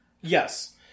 Yes